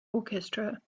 orchestra